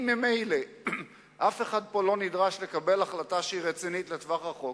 אם ממילא אף אחד פה לא נדרש לקבל החלטה שהיא רצינית לטווח ארוך,